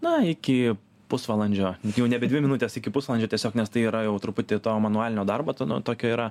na iki pusvalandžio jau nebe dvi minutės iki pusvalandžio tiesiog nes tai yra jau truputį to manualinio darbo to nu tokio yra